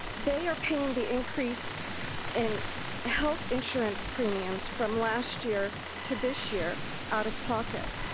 they are paying the increase in health insurance premiums from last year to this year out of pocket.